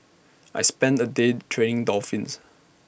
I spent A day training dolphins